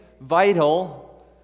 vital